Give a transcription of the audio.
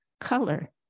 color